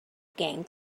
game